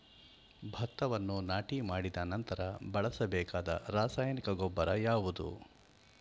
ಭತ್ತವನ್ನು ನಾಟಿ ಮಾಡಿದ ನಂತರ ಬಳಸಬೇಕಾದ ರಾಸಾಯನಿಕ ಗೊಬ್ಬರ ಯಾವುದು?